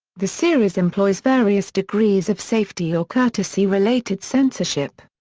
the series employs various degrees of safety or courtesy-related censorship.